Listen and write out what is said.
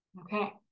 Okay